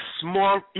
small